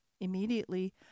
Immediately